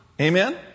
Amen